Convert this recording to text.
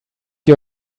you